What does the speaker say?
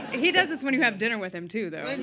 he does this when you have dinner with him, too, though. and